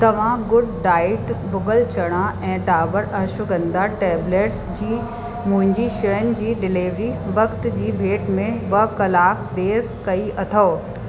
तव्हां good diet भुॻल चणा ऐं डाबर अश्वगंधा टेबलेट्स जी मुंहिंजी शयुनि जे डिलेविरी वक़्त जी भेट में ॿ कलाक देरि कई अथऊं